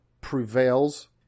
prevails